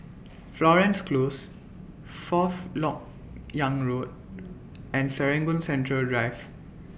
Florence Close Fourth Lok Yang Road and Serangoon Central Drive